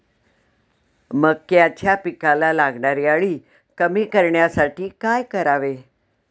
मक्याच्या पिकाला लागणारी अळी कमी करण्यासाठी काय करावे?